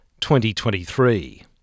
2023